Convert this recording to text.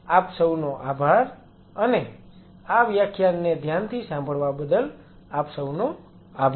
આપ સૌનો આભાર અને આ વ્યાખ્યાનને ધ્યાનથી સાંભળવા બદલ આપ સૌનો આભાર